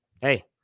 hey